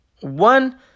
One